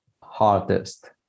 hardest